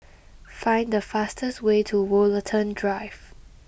find the fastest way to Woollerton Drive